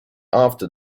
after